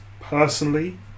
personally